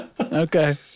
Okay